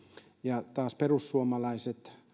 ja taas perussuomalaiset